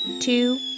two